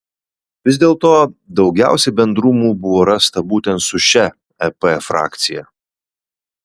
vis dėlto daugiausiai bendrumų buvo rasta būtent su šia ep frakcija